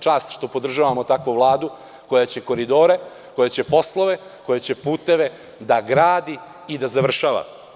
Čast što podržavamo takvu Vladu koja će koridore, koja će poslove, koja će puteve da gradi i da završava.